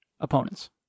opponents